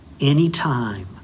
anytime